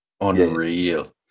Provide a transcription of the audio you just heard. unreal